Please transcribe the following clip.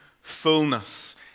fullness